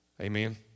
Amen